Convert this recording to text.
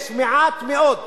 יש מעט מאוד,